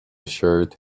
shirt